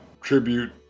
tribute